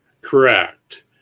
correct